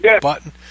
button